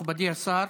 מכובדי השר,